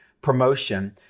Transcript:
promotion